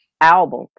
album